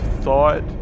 thought